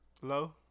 Hello